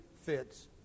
fits